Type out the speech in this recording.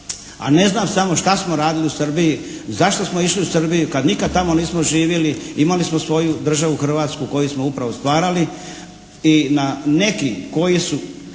a ne znam samo šta smo radili u Srbiji, zašto smo išli u Srbiju kad nikad tamo nismo živjeli, imali smo svoju državu Hrvatsku koju smo upravo stvarali i na neki koji su